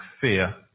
fear